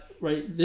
right